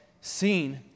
seen